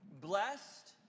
blessed